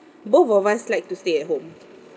both of us like to stay at home